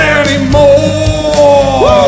anymore